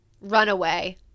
runaway